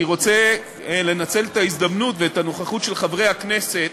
אני רוצה לנצל את ההזדמנות ואת הנוכחות של חברי הכנסת,